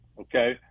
okay